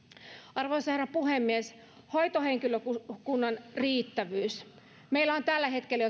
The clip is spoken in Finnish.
arvoisa herra puhemies hoitohenkilökunnan riittävyys meillä on jo tällä hetkellä